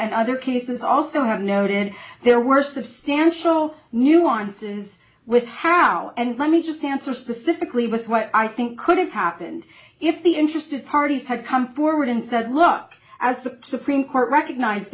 and other cases also noted there were substantial nuances with hal and let me just answer specifically with what i think could have happened if the interested parties had come forward and said look as the supreme court recognize